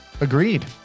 Agreed